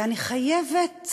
ואני חייבת